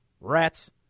rats